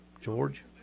George